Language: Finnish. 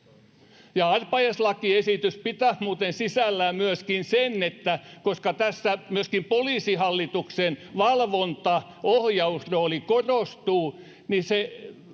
arpajaislakiesitys pitää muuten sisällään myöskin sen, että koska tässä myöskin Poliisihallituksen valvonta, ohjausrooli korostuu, niin se